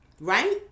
Right